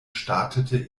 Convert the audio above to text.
startete